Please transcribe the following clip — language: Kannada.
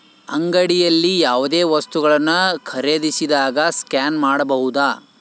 ಅಂಗಡಿಯಲ್ಲಿ ಯಾವುದೇ ವಸ್ತುಗಳನ್ನು ಖರೇದಿಸಿದಾಗ ಸ್ಕ್ಯಾನ್ ಮಾಡಬಹುದಾ?